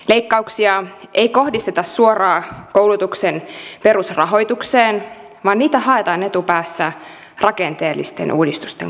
leikkauksia ei kohdisteta suoraan koulutuksen perusrahoitukseen vaan niitä haetaan etupäässä rakenteellisten uudistusten kautta